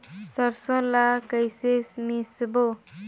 सरसो ला कइसे मिसबो?